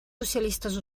socialistes